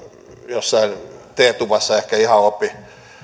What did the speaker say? jossain teetuvassa ihan opi